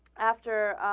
after ah.